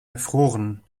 erfroren